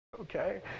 okay